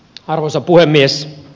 arvoisa puhemies